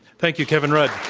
thank you, kevin rudd.